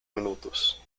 minutos